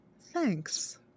Thanks